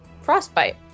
Frostbite